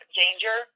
danger